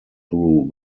through